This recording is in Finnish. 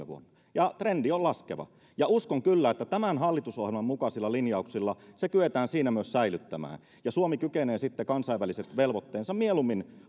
vuonna ja trendi on laskeva uskon kyllä että tämän hallitusohjelman mukaisilla linjauksilla se kyetään siinä myös säilyttämään ja suomi kykenee kansainväliset velvoitteensa